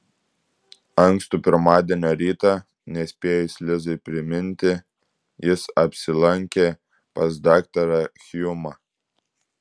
ankstų pirmadienio rytą nespėjus lizai priminti jis apsilankė pas daktarą hjumą